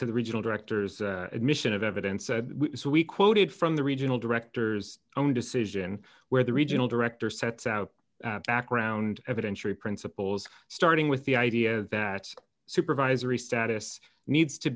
to the regional directors admission of evidence said we quoted from the regional directors own decision where the regional director sets out background evidentiary principles starting with the idea that supervisory status needs to